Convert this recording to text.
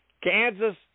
Kansas